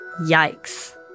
Yikes